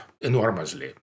enormously